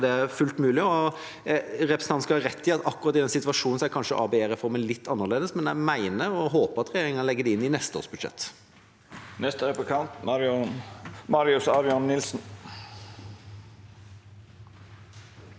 det er fullt mulig. Representanten skal ha rett i at akkurat i den situasjonen er kanskje ABE-reformen litt annerledes, men jeg mener dette og håper at regjeringa legger det inn i neste års budsjett. Marius Arion Nilsen